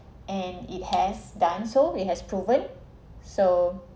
and it has done so it has proven so